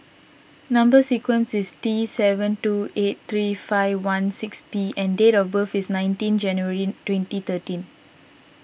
Number Sequence is T seven two eight three five one six P and date of birth is nineteen January twenty thirteen